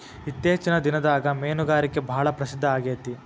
ಇತ್ತೇಚಿನ ದಿನದಾಗ ಮೇನುಗಾರಿಕೆ ಭಾಳ ಪ್ರಸಿದ್ದ ಆಗೇತಿ